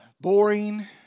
boring